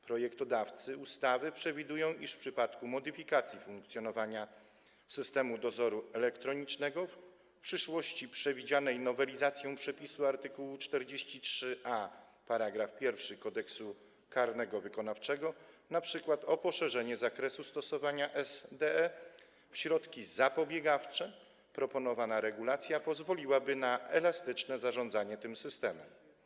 Projektodawcy ustawy przewidują, iż w przypadku modyfikacji funkcjonowania systemu dozoru elektronicznego w przyszłości, przewidzianej nowelizacją przepisu art. 43a § 1 Kodeksu karnego wykonawczego np. o poszerzenie zakresu stosowania SDE o środki zapobiegawcze, proponowana regulacja pozwoliłaby na elastyczne zarządzanie tym systemem.